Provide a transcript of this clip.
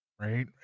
right